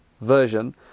version